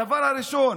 הדבר הראשון,